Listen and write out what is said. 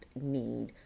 need